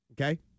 Okay